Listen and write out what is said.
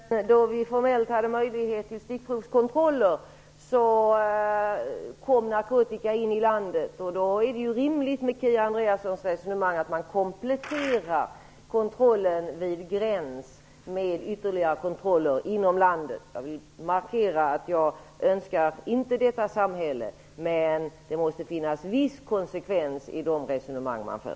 Fru talman! Även på den tid då vi formellt hade möjlighet till stickprovskontroller kom narkotika in i landet. Då är det rimligt, med Kia Andreassons resonemang, att man kompletterar kontrollen vid gränser med ytterligare kontroller inom landet. Jag vill markera att jag inte önskar det samhället. Det måste finnas en viss konsekvens i det resonemang man för.